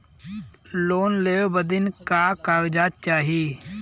हमर बहिन बीस हजार रुपया आर.टी.जी.एस करे के कहली ह कईसे कईल जाला?